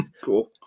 cool